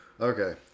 Okay